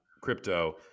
crypto